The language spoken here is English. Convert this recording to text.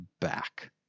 back